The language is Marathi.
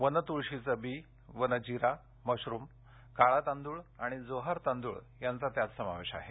वन तुळशीचं बी वन जीरा मशरुम काळा तांदूळ आणि जोहार तांदूळ यांचा त्यात समावेश आहे